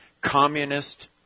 communist